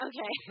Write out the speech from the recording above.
Okay